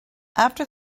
after